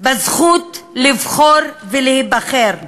בזכות לבחור ולהיבחר.